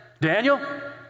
Daniel